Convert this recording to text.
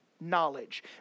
knowledge